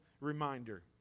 reminder